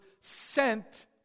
sent